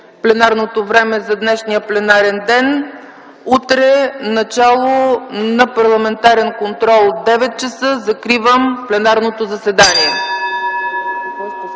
пленарното време за днешния пленарен ден. Утре – начало на парламентарния контрол от 9,00 ч. Закривам пленарното заседание.